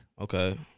Okay